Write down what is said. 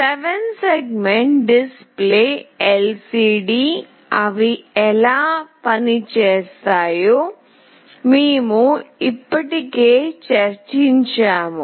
7 segment display LCD అవి ఎలా పనిచేస్తాయో మేము ఇప్పటికే చర్చించాము